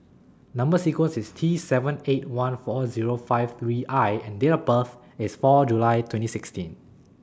Number sequence IS T seven eight one four Zero five three I and Date of birth IS four July twenty sixteen